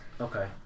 Okay